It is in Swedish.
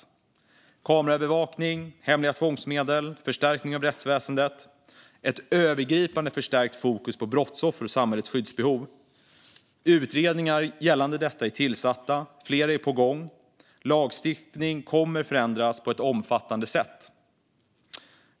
Utredningar gällande kameraövervakning, hemliga tvångsmedel, förstärkning av rättsväsendet, ett övergripande förstärkt fokus på brottsoffer och samhällets skyddsbehov är tillsatta, och flera är på gång. Lagstiftningen kommer att förändras på ett omfattande sätt.